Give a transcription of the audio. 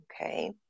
Okay